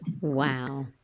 Wow